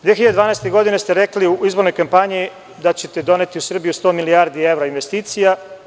Godine 2012. ste rekli u izbornoj kampanji da ćete doneti u Srbiju 100 milijardi evra investicija.